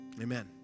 amen